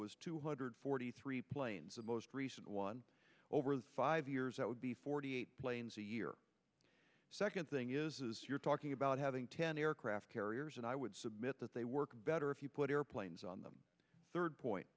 was two hundred forty three planes the most recent one over five years that would be forty eight planes a year second thing is you're talking about having ten aircraft carriers and i would submit that they work better if you put airplanes on them third point